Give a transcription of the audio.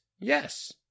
yes